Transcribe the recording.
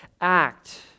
act